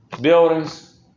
Buildings